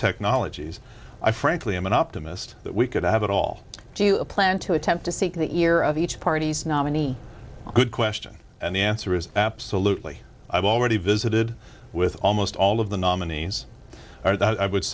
technologies i frankly am an optimist that we could have it all do you a plan to attempt to think that year of each party's nominee good question and the answer is absolutely i've already visited with almost all of the nominees are that i would